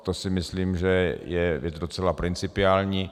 To si myslím, že je docela principiální.